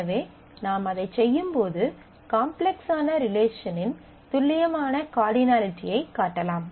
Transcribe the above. எனவே நாம் அதைச் செய்யும்போது காம்ப்ளக்ஸான ரிலேஷனின் துல்லியமான கார்டினலிட்டியைக் காட்டலாம்